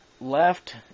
left